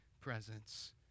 presence